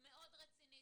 מאוד רצינית,